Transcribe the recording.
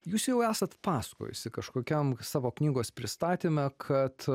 jūs jau esat pasakojusi kažkokiam savo knygos pristatyme kad